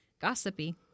gossipy